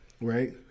right